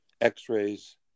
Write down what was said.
X-rays